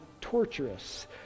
torturous